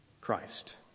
Christ